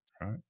right